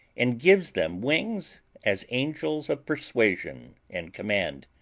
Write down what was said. and gives them wing as angels of persuasion and command.